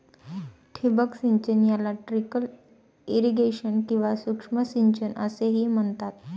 ठिबक सिंचन याला ट्रिकल इरिगेशन किंवा सूक्ष्म सिंचन असेही म्हणतात